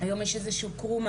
היום יש איזשהו קרום,